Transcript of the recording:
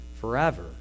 forever